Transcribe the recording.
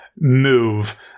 move